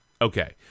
Okay